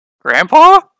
Grandpa